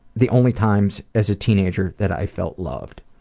the only times as a teenager that i felt loved.